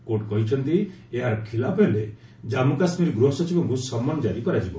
court କହିଛନ୍ତି ଏହାର ଖିଲାପ ହେଲେ ଜନ୍ମୁ କାଶ୍ମୀର ଗୃହ ସଚିବଙ୍କୁ ସମନ ଜାରି କରାଯିବ